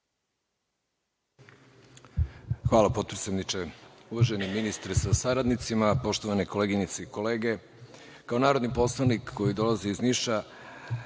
Hvala, potpredsedniče. Uvaženi ministre sa saradnicima, poštovane koleginice i kolege, kao narodni poslanik koji dolazi iz Niša,